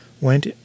went